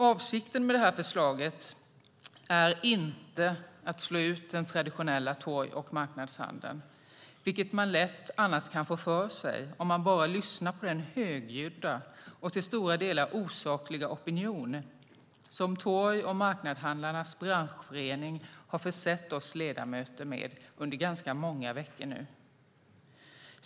Avsikten med det här förslaget är inte att slå ut den traditionella torg och marknadshandeln, vilket man annars lätt kan få för sig om man bara lyssnar på den högljudda och till stora delar osakliga opinion som torg och marknadshandlarnas branschförening har försett oss ledamöter med under ganska många veckor.